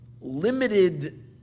limited